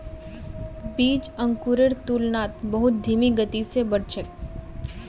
बीज अंकुरेर तुलनात बहुत धीमी गति स बढ़ छेक